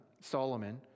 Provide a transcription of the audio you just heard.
Solomon